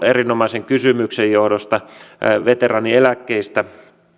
erinomaisen kysymyksen johdosta veteraanieläkkeistä